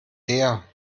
der